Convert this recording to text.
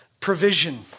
provision